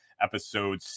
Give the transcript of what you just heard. episode